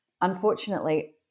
unfortunately